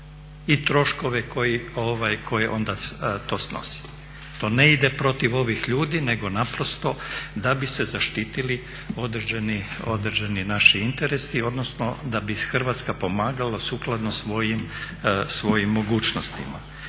i troškove koje onda to snosi. To ne ide protiv ovih ljudi, nego naprosto da bi se zaštitili određeni naši interesi, odnosno da bi Hrvatska pomagala sukladno svojim mogućnostima.